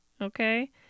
Okay